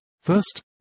First